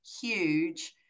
huge